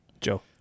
Joe